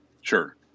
Sure